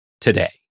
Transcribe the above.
today